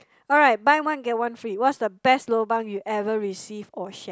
alright but one get one free what's the best lobang you ever received or shared